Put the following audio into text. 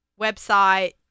website